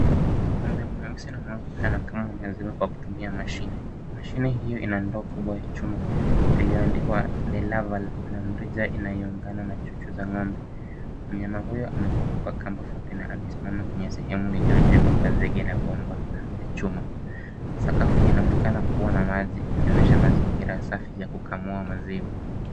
Ng'ombe mweusi na mweupe anakamwa maziwa kwa kutumia mashine. Mashine hizo ina ndoo kubwa ya chuma iliyoandikwa Delaval na mrija inayolingana na Chuchu za ng'ombe. Mnyama huyo amefungwa kwa kamba fupi na amesimama kwenye sehemu iliyojengwa kwa zege na bomba la chuma. Sakafu inaonekana kuwa na maji ikionyesha mazingira safi ya kukamua maziwa.